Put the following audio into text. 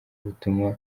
ubutumwa